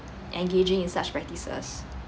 engaging in such practices